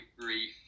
brief